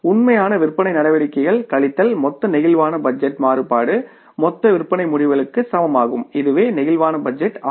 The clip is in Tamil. உண்மையான விற்பனை நடவடிக்கைகள் கழித்தல் மொத்த பிளேக்சிபிள் பட்ஜெட் மாறுபாடு மொத்த விற்பனை முடிவுகளுக்கு சமமாகும் இதுவே பிளேக்சிபிள் பட்ஜெட் ஆகும்